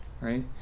right